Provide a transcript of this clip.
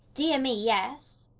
dear me, yes,